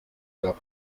gab